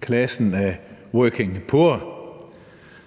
klassen af working poor.